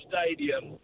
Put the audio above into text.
Stadium